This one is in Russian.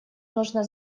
нужно